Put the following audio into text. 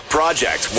Project